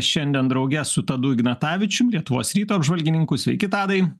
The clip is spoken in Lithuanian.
šiandien drauge su tadu ignatavičium lietuvos ryto apžvalgininku sveiki tadai